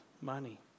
money